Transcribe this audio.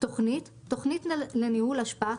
"תכנית" - תכנית לניהול אשפה,